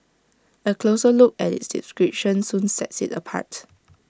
A closer look at its description soon sets IT apart